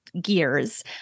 gears